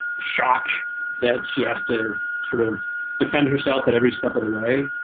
shock that she has to sort of defend herself at every step of the way,